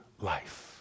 life